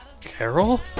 Carol